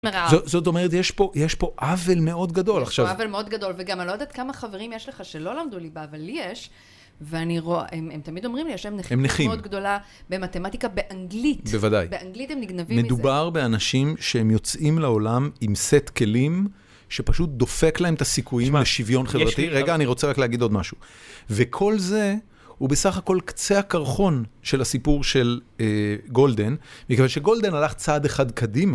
זאת אומרת, יש פה עוול מאוד גדול עכשיו. יש פה עוול מאוד גדול, וגם אני לא יודעת כמה חברים יש לך שלא למדו ליבה, אבל לי יש, והם תמיד אומרים לי ש, הם נכים, מאוד גדולה במתמטיקה, באנגלית. בוודאי. באנגלית הם נגנבים מזה. מדובר באנשים שהם יוצאים לעולם עם סט כלים שפשוט דופק להם את הסיכויים בשוויון חברתי. רגע, אני רוצה רק להגיד עוד משהו. וכל זה הוא בסך הכל קצה הקרחון של הסיפור של גולדן, מכיוון שגולדן הלך צעד אחד קדימה.